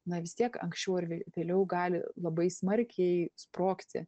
na vis tiek anksčiau ar vėliau gali labai smarkiai sprogti